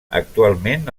actualment